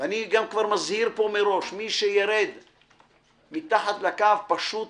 ואני גם כבר מזהיר פה מראש, מי שירד מתחת לקו פשוט